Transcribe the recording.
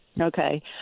Okay